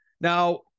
now